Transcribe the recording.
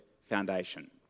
foundation